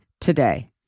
today